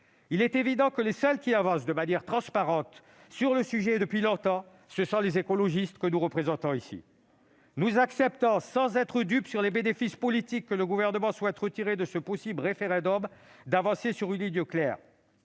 Il est évident que les seuls qui avancent de manière transparente sur le sujet, et depuis longtemps, sont les écologistes que nous représentons ici. Nous acceptons, sans être dupes des bénéfices politiques que le Gouvernement souhaite tirer de ce possible référendum, d'avancer sur une ligne claire